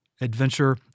adventure